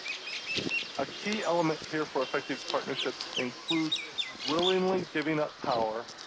a key element here for effective partnerships includes willingly giving up power,